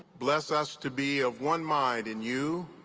bless us to be of one mind in you,